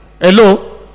Hello